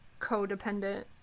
codependent